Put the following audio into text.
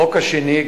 החוק השני,